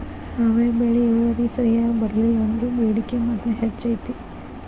ಸಾವೆ ಬೆಳಿ ಇಳುವರಿ ಸರಿಯಾಗಿ ಬರ್ಲಿಲ್ಲಾ ಅಂದ್ರು ಬೇಡಿಕೆ ಮಾತ್ರ ಹೆಚೈತಿ